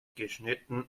geschnitten